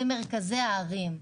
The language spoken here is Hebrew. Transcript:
במרכזי הערים,